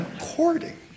courting